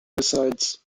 besides